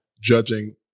judging